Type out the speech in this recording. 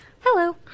hello